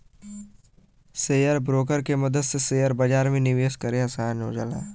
share broker के मदद से शेयर बाजार में निवेश करे आसान हो जाला